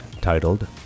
titled